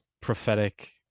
prophetic